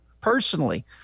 personally